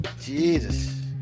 Jesus